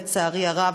לצערי הרב,